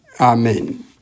Amen